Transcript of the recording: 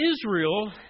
Israel